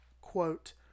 quote